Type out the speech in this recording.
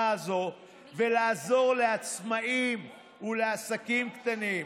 הזאת ולעזור לעצמאים ולעסקים קטנים.